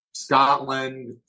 Scotland